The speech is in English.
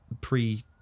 pre